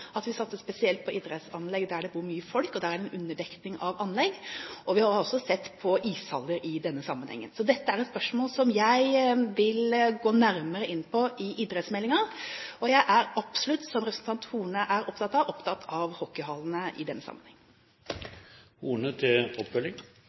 idrettsanlegg der det bor mange folk, og der det er en underdekning av anlegg. Vi har også sett på ishaller i denne sammenhengen. Så dette er et spørsmål som jeg vil gå nærmere inn på i idrettsmeldingen. Jeg er, som representanten Horne, absolutt opptatt av